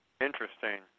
Interesting